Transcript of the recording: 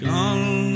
Gone